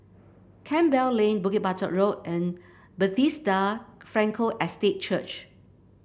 Campbell Lane Bukit Batok Road and Bethesda Frankel Estate Church